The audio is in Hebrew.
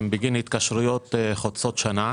הם בגין התקשרויות חוצות שנה.